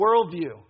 worldview